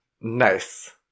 Nice